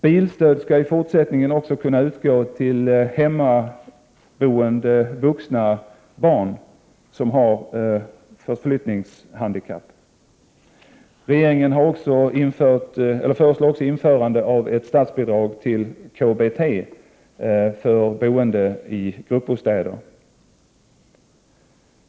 Bilstöd skall i fortsättningen också kunna utgå till hemmaboende vuxna barn som har förflyttningshandikapp. Regeringen föreslår vidare införande av ett statsbidrag till KBT för boende i gruppbostäder.